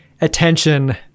attention